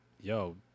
yo